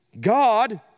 God